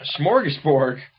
smorgasbord